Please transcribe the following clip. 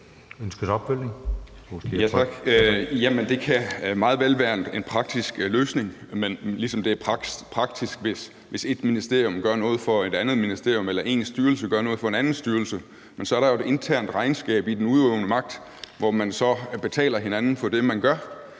Det kan meget vel være en praktisk løsning, ligesom det er praksisk, hvis et ministerium gør noget for et andet ministerium, eller en styrelse gør noget for en anden styrelse, men så er der jo et internt regnskab i forhold til den udøvende magt, hvor man så betaler hinanden for det, man gør.